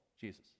Jesus